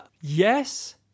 yes